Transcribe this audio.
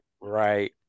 right